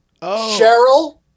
Cheryl